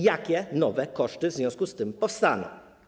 Jakie nowe koszty w związku z tym powstaną?